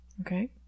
Okay